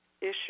issue